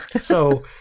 So-